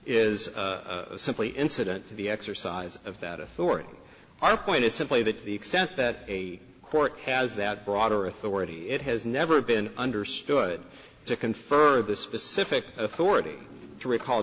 is simply incident to the exercise of that authority our point is simply that to the extent that a court has that broader authority it has never been understood to confer this specific authority to recall